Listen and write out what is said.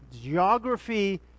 geography